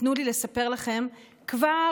תנו לי לספר לכם, כבר